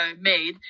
made